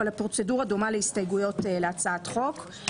אבל הפרוצדורה דומה להסתייגויות להצעת חוק.